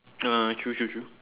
ah true true true